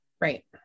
Right